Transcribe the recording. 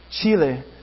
Chile